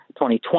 2020